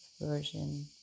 version